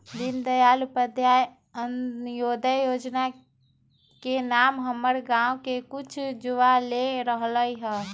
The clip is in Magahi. दीनदयाल उपाध्याय अंत्योदय जोजना के नाम हमर गांव के कुछ जुवा ले रहल हइ